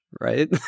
right